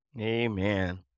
Amen